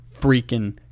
freaking